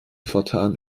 fortan